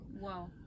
Wow